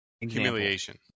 humiliation